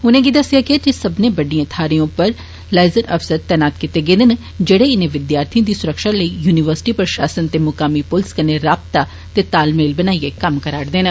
उनें'गी दस्सेआ गेआ जे सब्मनें बड़िड़एं थारें उप्पर लांगन अफसर तैनात कीते गेदे न जेह्ड़े इनें विद्यार्थिएं दी सुरक्षा लेई युनिवर्सिटी प्रषासन ते मुकामी पुलस कन्नै राबता ते तालमेल बनाइयै कम्म करा'रदे न